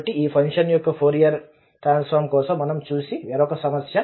కాబట్టి ఈ ఫంక్షన్ యొక్క ఫోరియర్ ట్రాన్సఫార్మ్ కోసం మనము చూసే మరొక సమస్య